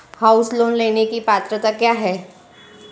House loan लेने की पात्रता क्या है?